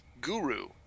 guru